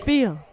Feel